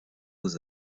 aux